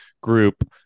group